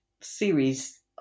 series